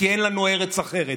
כי אין לנו ארץ אחרת.